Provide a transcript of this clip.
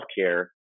healthcare